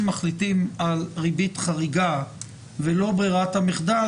מחליטים על ריבית חריגה ולא ברירת המחדל,